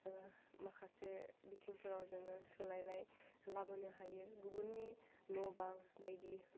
माखासे बिथिंफोराव जोङो सोलायनाय लाबोनो हायो गुबुननि न' बां बायदि